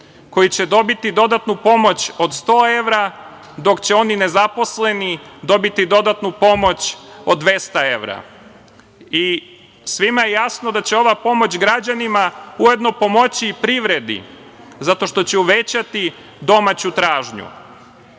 koji će dobiti dodatnu pomoć od 100 evra, dok će oni nezaposleni dobiti dodatnu pomoć od 200 evra. Svima je jasno da će ova pomoć građanima ujedno pomoći i privredi, zato što će uvećati domaću tražnju.